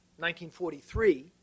1943